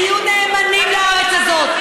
תהיו נאמנים לארץ הזאת.